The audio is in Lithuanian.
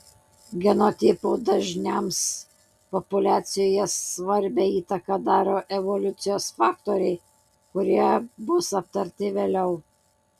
genotipų dažniams populiacijoje svarbią įtaką daro evoliucijos faktoriai kurie bus aptarti vėliau